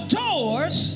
doors